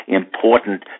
important